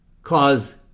cause